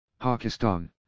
Pakistan